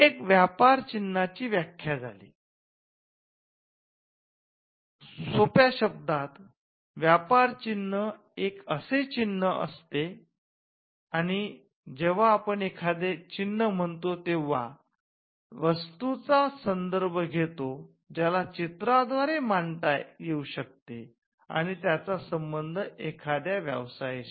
ही एक व्यापार चिन्हाची व्याख्या आहे "सोप्या शब्दांत व्यापार चिन्ह एक चिन्ह असते आणि जेव्हा आपण एखादे चिन्ह म्हणतो तेव्हा वस्तूचा संदर्भ घेतो ज्याला चित्रद्वारे मांडता येऊ शकते आणि त्याचा संबंध एखाद्या व्यवसायाशी असतो